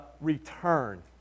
return